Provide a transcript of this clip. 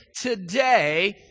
today